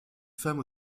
femme